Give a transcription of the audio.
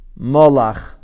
molach